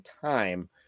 time